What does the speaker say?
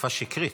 הדלפה שקרית.